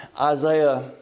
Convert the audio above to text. Isaiah